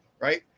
right